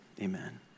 amen